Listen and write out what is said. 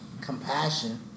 compassion